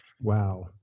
Wow